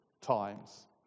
times